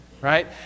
Right